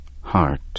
heart